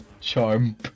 Charm